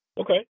okay